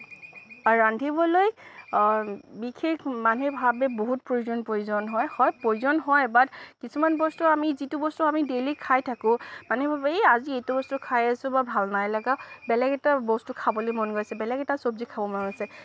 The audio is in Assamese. ৰান্ধিবলৈ বিশেষ মানুহে ভাবে বহুত প্ৰয়োজন প্ৰয়োজন হয় হয় প্ৰয়োজন হয় বাট কিছুমান বস্তু আমি যিটো বস্তু আমি ডেইলি খাই থাকোঁ মানুহে ভাবিব এই এইটো বস্তু খাই আছোঁ বা ভাল নাই লগা বেলেগ এটা বস্তু খাবলৈ মন গৈছে বেলেগ এটা চব্জি খাব মন গৈছে